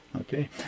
Okay